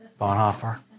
Bonhoeffer